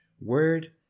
Word